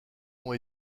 ont